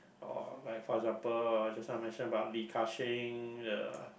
or like for example just now I mentioned about Li Ka Shing the